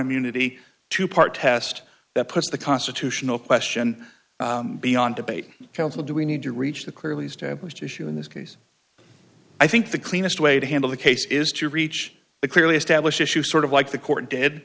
immunity to part test that puts the constitutional question beyond debate counsel do we need to reach the clearly established issue in this case i think the cleanest way to handle the case is to reach the clearly established issue sort of like the court d